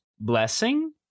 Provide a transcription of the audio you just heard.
blessing